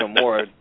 more